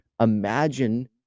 imagine